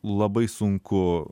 labai sunku